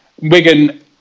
wigan